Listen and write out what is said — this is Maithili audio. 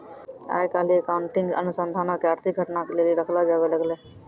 आइ काल्हि अकाउंटिंग अनुसन्धानो के आर्थिक घटना के लेली रखलो जाबै लागलै